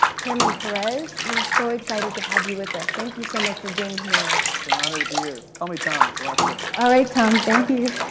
chairman perez, we're so excited to have you with us. thank you so much for being here. it's an honor to be here, call me tom, it's a lot quicker. alright, tom, thank you.